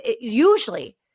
usually